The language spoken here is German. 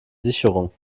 sicherung